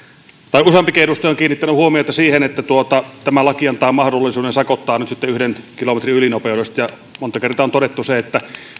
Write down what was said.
useampikin edustaja on kiinnittänyt huomiota siihen että tämä laki antaa nyt mahdollisuuden sakottaa yhden kilometrin ylinopeudesta ja monta kertaa on todettu se että